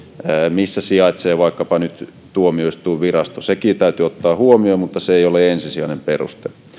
missä sijaitsee vaikkapa nyt tuomioistuinvirasto sekin täytyy ottaa huomioon mutta se ei ole ensisijainen peruste